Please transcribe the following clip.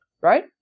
Right